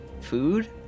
Food